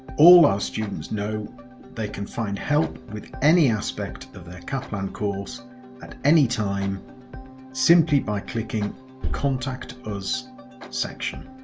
all our students know they can find help with any aspect of their kaplan course at any time simply by clicking the contact us section.